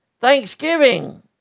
thanksgiving